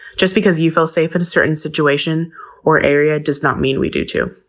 just because you feel safe in a certain situation or area does not mean we do too.